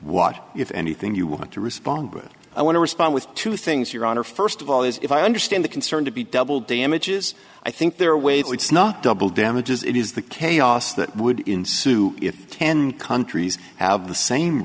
what if anything you want to respond with i want to respond with two things your honor first of all is if i understand the concern to be double damages i think their way it's not double damages it is the chaos that would ensue if ten countries have the same